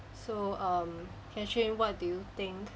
so um catherine what do you think